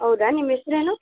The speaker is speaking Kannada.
ಹೌದಾ ನಿಮ್ಮ ಹೆಸರೇನು